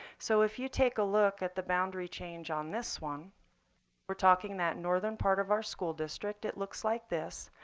so if you take a look at the boundary change on this one we're talking that northern part of our school district it looks like this.